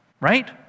right